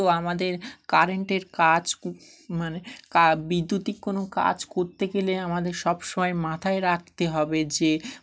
তো আমাদের কারেন্টের কাজ মানে বিদ্যুতিক কোনো কাজ করতে গেলে আমাদের সব সময় মাথায় রাখতে হবে যে